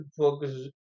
focus